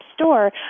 store